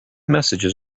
messages